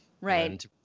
right